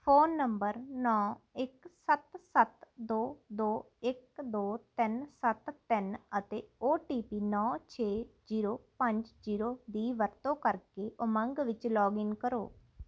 phone number ਨੌਂ ਇੱਕ ਸੱਤ ਸੱਤ ਦੋ ਦੋ ਇੱਕ ਦੋ ਤਿੰਨ ਸੱਤ ਤਿੰਨ ਅਤੇ ਓ ਟੀ ਪੀ ਨੌਂ ਛੇ ਜ਼ੀਰੋ ਪੰਜ ਜ਼ੀਰੋ ਦੀ ਵਰਤੋਂ ਕਰਕੇ ਉਮੰਗ ਵਿੱਚ ਲੌਗਇਨ ਕਰੋ